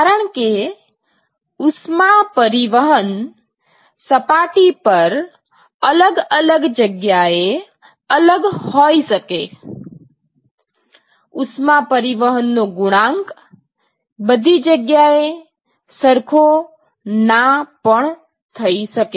કારણ કે ઉષ્મા પરિવહન સપાટી પર અલગ અલગ જગ્યાએ અલગ હોય શકે ઉષ્મા પરિવહનનો ગુણાંક બધી જગ્યાએ સરખો ના પણ થઈ શકે